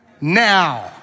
now